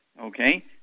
Okay